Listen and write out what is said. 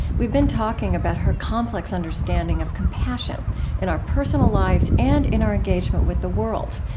we've been talking about her complex understanding of compassion in our personal lives and in our engagement with the world,